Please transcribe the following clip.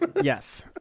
Yes